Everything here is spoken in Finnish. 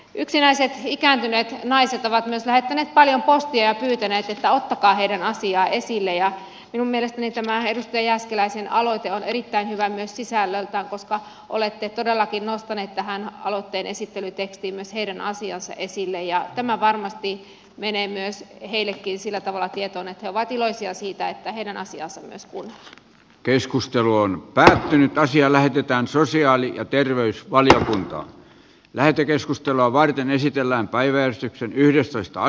yksinäiset ikääntyneet naiset ovat myös lähettäneet paljon postia ja pyytäneet että ottakaa heidän asiaansa esille ja minun mielestäni tämä edustaja jääskeläisen aloite on erittäin hyvä myös sisällöltään koska olette todellakin nostanut tähän aloitteen esittelytekstiin myös heidän asiansa esille ja tämä varmasti menee heillekin sillä tavalla tietoon että he ovat iloisia siitä että heidän asiaansa myös kun keskustelu on päättynyt ja asia lähetetään sosiaali ja terveysvaliokunta lähetekeskustelua varten esitellään päivää sitten kuunnellaan